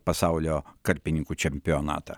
pasaulio karpininkų čempionatą